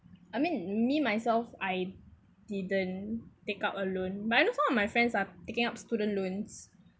I mean me myself I didn't take out a loan but I know some of my friends are taking up student loans